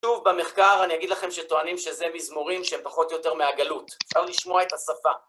שוב, במחקר אני אגיד לכם שטוענים שזה מזמורים שהם פחות או יותר מהגלות. אפשר לשמוע את השפה.